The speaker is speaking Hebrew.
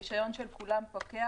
הרישיון של כולם פוקע